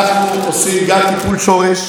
אנחנו עושים גם טיפול שורש,